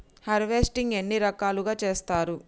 Harvesting ఎన్ని రకాలుగా చేస్తరు?